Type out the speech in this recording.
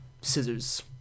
Scissors